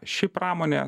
ši pramonė